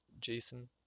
Jason